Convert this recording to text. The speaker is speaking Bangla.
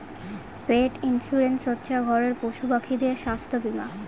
পেট ইন্সুরেন্স হচ্ছে ঘরের পশুপাখিদের স্বাস্থ্য বীমা